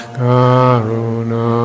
Karuna